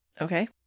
Okay